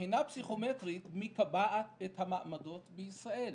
בחינה פסיכומטרית מקבעת את המעמדות בישראל.